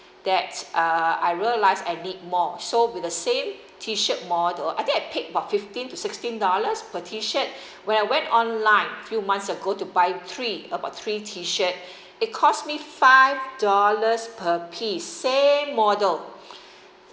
that uh I realized I need more so with the same t shirt model I think I paid about fifteen to sixteen dollars per t shirt when I went online few months ago to buy three about three t shirt it cost me five dollars per piece same model